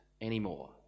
anymore